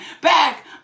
back